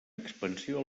expansió